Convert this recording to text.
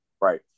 Right